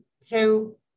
So-